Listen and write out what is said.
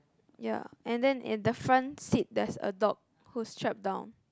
ya and then in the front seat there's a dog who's strapped down